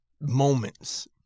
moments